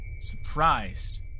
surprised